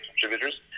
contributors